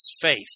faith